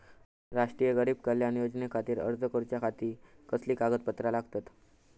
राष्ट्रीय गरीब कल्याण योजनेखातीर अर्ज करूच्या खाती कसली कागदपत्रा लागतत?